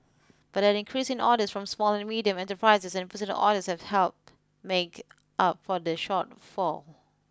but an increase in orders from small and medium enterprises and personal orders has help make up for the shortfall